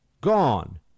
gone